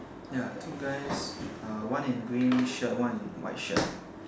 ya two guys uh one in green shirt one in white shirt